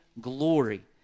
glory